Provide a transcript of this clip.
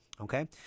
Okay